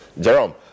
Jerome